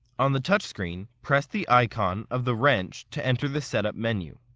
on the touch screen, press the icon of the wrench to enter the setup menu.